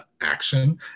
action